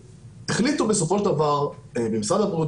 החליטו בסופו של דבר במשרד הבריאות,